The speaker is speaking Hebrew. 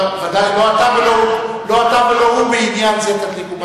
ודאי, לא אתה ולא הוא מעניין זה תדליקו משואה.